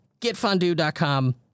getfondue.com